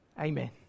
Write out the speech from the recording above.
Amen